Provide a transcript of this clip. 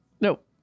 Nope